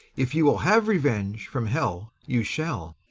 if you will have revenge from hell, you shall.